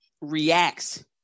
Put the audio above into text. reacts